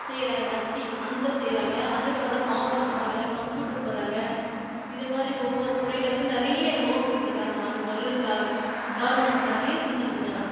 செய்கிறாங்க அச்சு அந்த செய்கிறாங்க அது போல மாவு மிஷினு போடுறாங்க கம்ப்யூட்ரு போடுறாங்க இதை மாதிரி ஒவ்வொரு துறையிலேருந்து நிறைய லோன் கொடுத்துருக்காங்க மக மகளிருக்காக கவர்மெண்ட் நிறைய செஞ்சிருக்குது ஆனால்